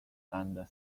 and